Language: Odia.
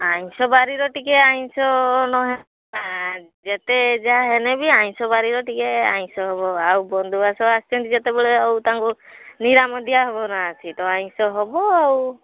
ଆଇଁଷ ବାରିରେ ଟିକିଏ ଆଇଁଷ ନହେଲେ ଯେତେ ଯାହାହେନେ ବି ଆଇଁଷ ବାରିରେ ଟିକିଏ ଆଇଁଷ ହେବ ଆଉ ବନ୍ଧୁବାସ ଆସିଛନ୍ତି ଯେତେବେଳେ ଆଉ ତାଙ୍କୁ ନିରାମ ଦିଆ ହେବନା ତ ଆଇଁଷ ହେବ ଆଉ